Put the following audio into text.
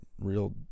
real